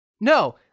No